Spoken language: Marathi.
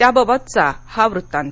त्याबाबतचा हा वृत्तांत